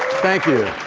thank you.